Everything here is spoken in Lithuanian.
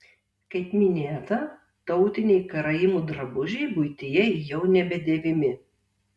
kaip minėta tautiniai karaimų drabužiai buityje jau nebedėvimi